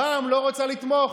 רע"מ לא רצתה לתמוך.